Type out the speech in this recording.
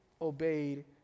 obeyed